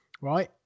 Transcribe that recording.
right